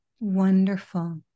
Wonderful